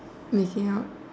making out